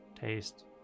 taste